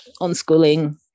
unschooling